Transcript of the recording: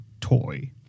toy